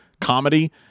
comedy